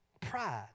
Pride